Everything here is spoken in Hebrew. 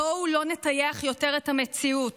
בואו לא נטייח יותר את המציאות.